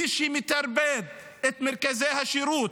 מי שמטרפד את מרכזי השירות,